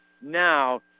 now